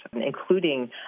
including